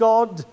God